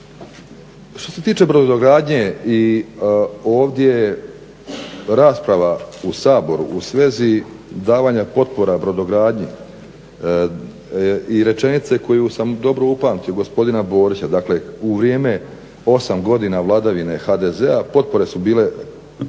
Što se tiče brodogradnje i ovdje rasprava u Saboru u svezi davanja potpora brodogradnji i rečenice koju sam dobro upamtio, gospodina Borića, dakle u vrijeme 8 godina vladavine HDZ-a potpore su bile